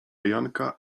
janka